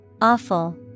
awful